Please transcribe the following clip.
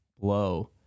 blow